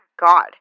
god